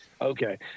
Okay